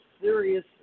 serious